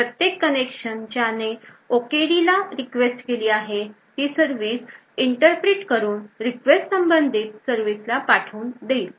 प्रत्येक कनेक्शन ज्याने OKD ला request केली आहे ती सर्विस interpret करून request संबंधित सर्विस ला पाठवून देईल